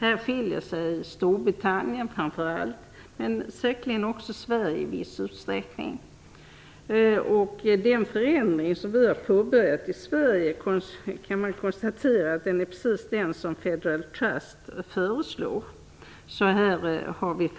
Här skiljer sig framför allt Storbritannien och i viss utsträckning säkerligen också Sverige från de andra länderna. Den förändring som påbörjats i Sverige är precis vad Federal Trust föreslår, så här får vi